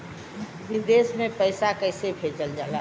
विदेश में पैसा कैसे भेजल जाला?